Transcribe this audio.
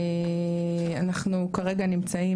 אנחנו כרגע נמצאים